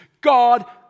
God